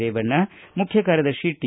ರೇವಣ್ಣ ಮುಖ್ಯ ಕಾರ್ಯದರ್ಶಿ ಟಿ